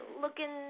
looking